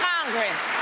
Congress